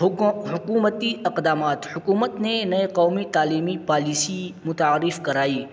حکو حکومتی اقدامات حکومت نے نئے قومی تعلیمی پالیسی متعارف کرائی